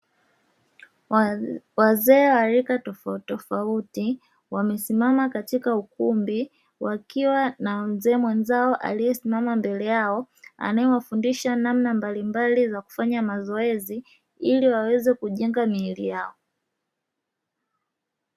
Wazee wa rika tofauti tofauti wamesimama katika ukumbi, wakiwa na mzee mwenzao aliesimama mbele yao, anaewafundisha namna mbalimbali za kufanya mazoezi ili waweze kujenga miili yao.